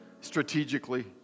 strategically